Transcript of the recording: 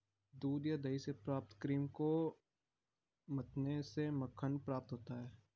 दूध या दही से प्राप्त क्रीम को मथने से मक्खन प्राप्त होता है?